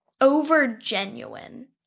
over-genuine